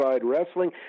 Wrestling